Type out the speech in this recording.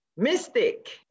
mystic